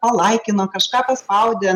palaikino kažką paspaudė